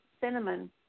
cinnamon